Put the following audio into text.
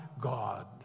God